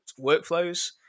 workflows